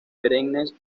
perennes